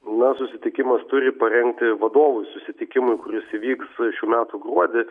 na susitikimas turi paremti vadovų susitikimui kuris įvyks šių metų gruodį